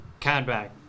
Cadback